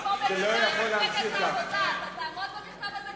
אתה תעמוד בעסקת החבילה?